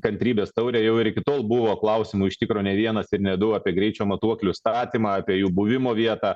kantrybės taurę jau ir iki tol buvo klausimų iš tikro ne vienas ir ne du apie greičio matuoklių statymą apie jų buvimo vietą